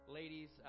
ladies